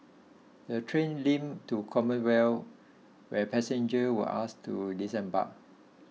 the train limped to Commonwealth where passenger were asked to disembark